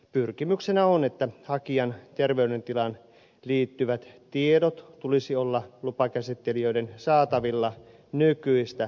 pyrkimyksenä on että hakijan terveydentilaan liittyvien tietojen tulisi olla lupakäsittelijöiden saatavilla nykyistä paremmin